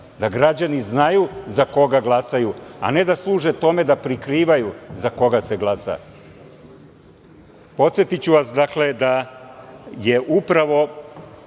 da građani znaju za koga glasaju, a ne da služe tome da prikrivaju za koga se glasa. Podsetiću vas, dakle, da je upravo